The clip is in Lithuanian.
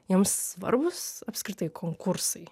jiems svarbūs apskritai konkursai